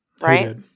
right